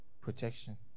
Protection